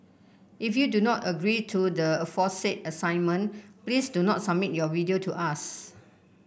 if you do not agree to the aforesaid assignment please do not submit your video to us